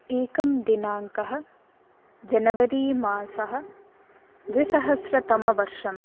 एकं दिनाङ्कः जनवरी मासः द्विसहस्रतमवर्षम्